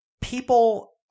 people